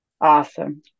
Awesome